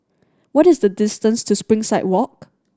what is the distance to Springside Walk